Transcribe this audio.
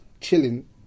chilling